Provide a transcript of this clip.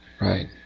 Right